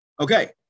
Okay